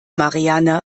marianne